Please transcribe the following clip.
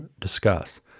discuss